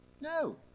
No